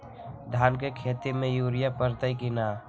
धान के खेती में यूरिया परतइ कि न?